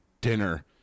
dinner